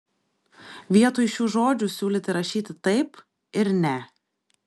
vietoj šių žodžių siūlyti rašyti taip ir ne